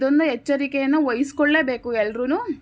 ಇದೊಂದು ಎಚ್ಚರಿಕೆನ ವಹಿಸ್ಕೊಳ್ಳೇಬೇಕು ಎಲ್ಲರೂನು